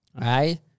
right